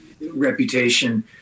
reputation